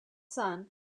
son